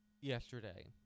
yesterday